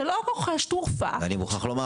שלא רוכש תרופה --- אני מוכרח לומר